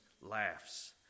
laughs